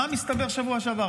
מה מסתבר בשבוע שעבר?